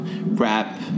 rap